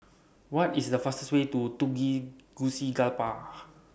What IS The fastest Way to